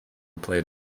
played